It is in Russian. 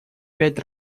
пять